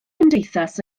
gymdeithas